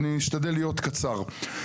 אני אשתדל להיות קצר.